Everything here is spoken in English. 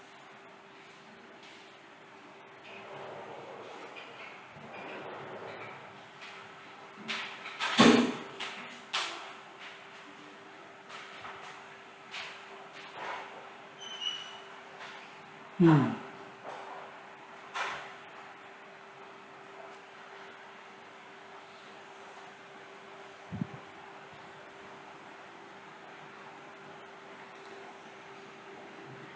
mm